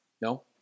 No